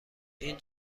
این